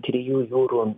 trijų jūrų